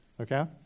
Okay